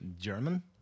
German